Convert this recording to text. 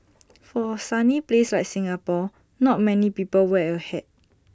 for A sunny place like Singapore not many people wear A hat